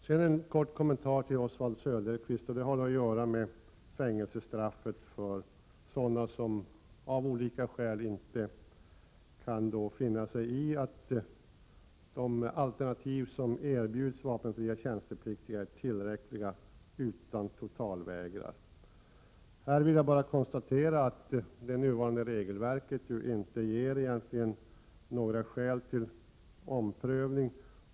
Så en kort kommentar till Oswald Söderqvist, som har att göra med fängelsestraffet för sådana som av olika skäl inte kan finna sig i de alternativ som erbjuds vapenfria tjänstepliktiga såsom tillräckliga utan totalvägrar. Här vill jag konstatera att det nuvarande regelverket egentligen inte ger några skäl till omprövning.